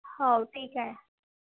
हो ठीक आहे